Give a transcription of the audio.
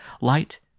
light